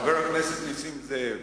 חבר הכנסת נסים זאב,